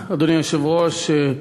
אדוני היושב-ראש,